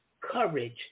courage